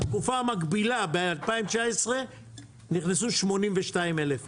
בתקופה המקבילה ב-2019 נכנסו 82,000 איש.